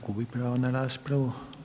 Gubi pravo na raspravu.